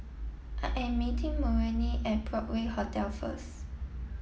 I am meeting Marolyn at Broadway Hotel first